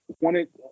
wanted